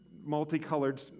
multicolored